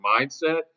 mindset